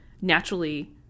naturally